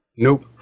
Nope